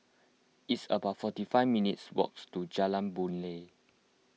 it's about forty five minutes' walk to Jalan Boon Lay